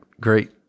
great